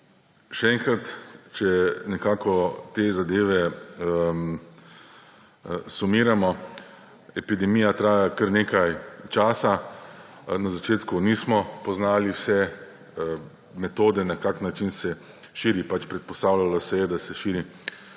Še enkrat, če nekako te zadeve sumiramo. Epidemija traja kar nekaj časa. Na začetku nismo poznali vseh metod, na kak način se širi, predpostavljajo se je, da se širi